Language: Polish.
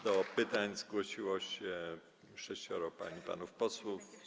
Do pytań zgłosiło się sześcioro pań i panów posłów.